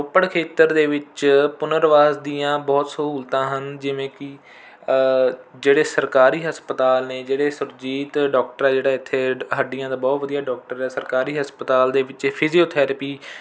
ਰੋਪੜ ਖੇਤਰ ਦੇ ਵਿੱਚ ਪੁਨਰਵਾਸ ਦੀਆਂ ਬਹੁਤ ਸਹੂਲਤਾਂ ਹਨ ਜਿਵੇਂ ਕਿ ਜਿਹੜੇ ਸਰਕਾਰੀ ਹਸਪਤਾਲ ਨੇ ਜਿਹੜੇ ਸੁਰਜੀਤ ਡਾਕਟਰ ਹੈ ਜਿਹੜਾ ਇੱਥੇ ਹੱਡੀਆਂ ਦਾ ਬਹੁਤ ਵਧੀਆ ਡਾਕਟਰ ਹੈ ਸਰਕਾਰੀ ਹਸਪਤਾਲ ਦੇ ਵਿੱਚ ਫਿਜ਼ੀਓਥੈਰੇਪੀ